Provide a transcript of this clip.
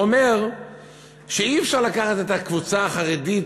אומר שאי-אפשר לקחת את הקבוצה החרדית